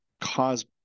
cause